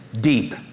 deep